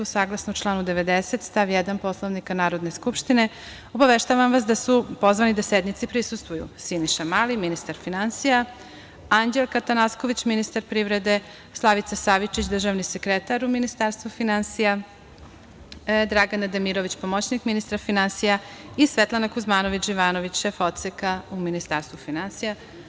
Saglasno članu 90. stav 1. Poslovnika Narodne skupštine, obaveštavam vas da su pozvani da sednici prisustvuju: Siniša Mali, ministar finansija; Anđelka Atanasković, ministar privrede; Slavica Savičić, državni sekretar u Ministarstvu finansija; Dragana Demirović, pomoćnik ministra finansija i Svetlana Kuzmanović-Živanović, šef Odseka u Ministarstvu finansija.